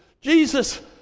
Jesus